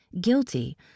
Guilty